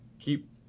Keep